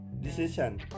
decision